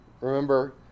Remember